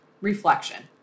reflection